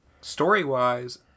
Story-wise